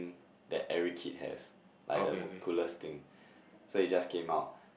that every kid has like the m~ coolest thing so it just came out